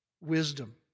wisdom